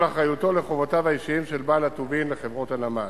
אחריותו לחובותיו האישיים של בעל הטובין לחברות הנמל.